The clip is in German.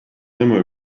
nimmer